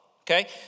Okay